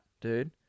dude